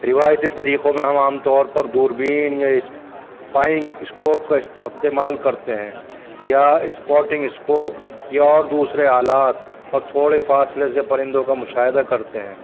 روایتی طریقوں میں ہم عام طور پر دوربین یا اسپائنگ اسکوپ کا استعمال کرتے ہیں یا اسپاٹنگ اسکوپ یا اور دوسرے آلات اور تھوڑے فاصلے سے پرندوں کا مشاہدہ کرتے ہیں